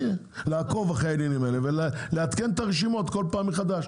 לעקוב אחרי העניינים האלה ולעדכן את הרשימות בכל פעם מחדש,